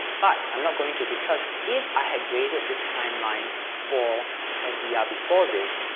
but i'm not going to, because if i had graded this timeline for sdr before this,